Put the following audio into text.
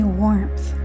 warmth